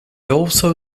also